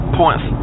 points